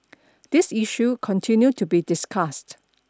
this issue continued to be discussed